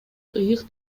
ыйык